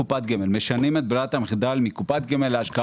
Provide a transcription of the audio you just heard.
משנים את ברירת המחדל מקופת גמל להשקעה